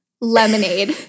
lemonade